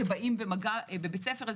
שבאים במגע בבית ספר,